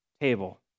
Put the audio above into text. table